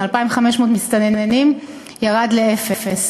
מ-2,500 מסתננים בחודש ירדו לאפס.